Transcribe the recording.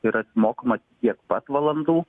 yra mokama tiek pat valandų